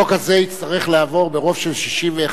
החוק הזה יצטרך לעבור ברוב של 61,